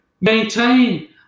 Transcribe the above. maintain